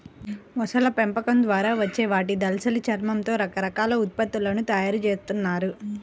మొసళ్ళ పెంపకం ద్వారా వచ్చే వాటి దళసరి చర్మంతో రకరకాల ఉత్పత్తులను తయ్యారు జేత్తన్నారు